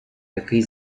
який